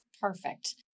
Perfect